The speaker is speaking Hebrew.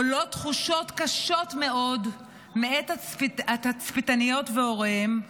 עולות תחושות קשות מאוד בקרב התצפיתניות והוריהן,